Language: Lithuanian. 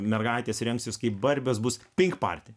mergaitės remsis kaip barbės bus pink party